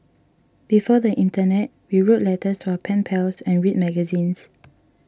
before the internet we wrote letters to our pen pals and read magazines